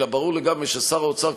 אלא ברור לגמרי ששר האוצר,